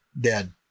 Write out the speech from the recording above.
dead